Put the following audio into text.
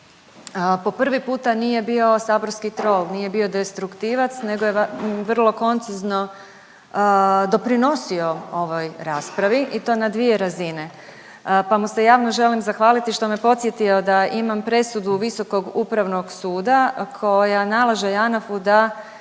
po prvi puta nije bio saborski trol, nije bio destruktivac nego je vrlo koncizno doprinosio ovoj raspravi i to na dvije razine, pa mu se javno želim zahvaliti što me podsjetio da imam presudu Visokog upravnog suda koja nalaže JANAFU da